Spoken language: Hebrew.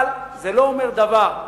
אבל זה לא אומר דבר.